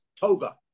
toga